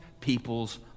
people's